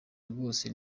rwose